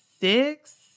six